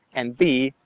and b,